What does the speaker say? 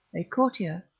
a courtier,